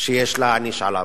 שיש להעניש עליו.